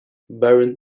baron